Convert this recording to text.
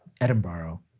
Edinburgh